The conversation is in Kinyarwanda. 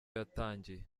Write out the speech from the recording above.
yatangiye